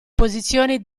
posizioni